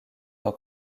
tant